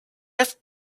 asked